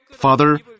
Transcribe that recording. Father